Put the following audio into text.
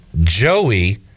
Joey